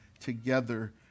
together